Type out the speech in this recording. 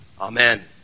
Amen